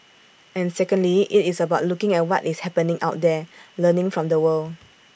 and secondly IT is about looking at what is happening out there learning from the world